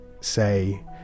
say